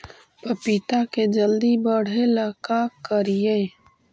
पपिता के जल्दी बढ़े ल का करिअई?